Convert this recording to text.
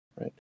right